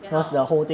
then how